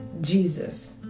Jesus